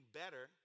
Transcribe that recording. better